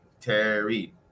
Terry